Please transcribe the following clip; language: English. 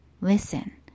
listen